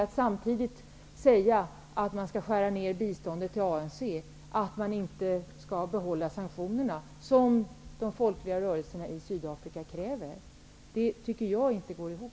Biståndet till ANC skall skäras ner, men samtidigt sägs det att sanktionerna inte skall behållas -- något som de folkliga rörelserna i Sydafrika kräver. Jag tycker alltså att resonemanget inte går ihop.